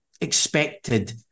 expected